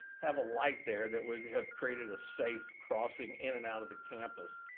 have a light there that would have created a safe crossing in and out of the campus.